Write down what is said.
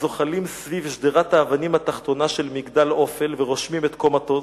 הזוחלים סביב שדרת האבנים התחתונה של מגדל עופל ורושמים את קומתו".